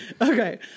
Okay